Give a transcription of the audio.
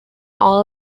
all